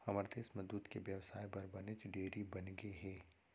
हमर देस म दूद के बेवसाय बर बनेच डेयरी बनगे हे